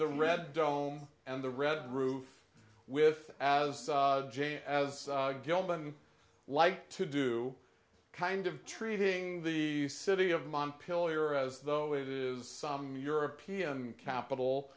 the red dome and the red roof with as j as gilman like to do kind of treating the city of montpelier as though it is some european capital